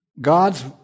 God's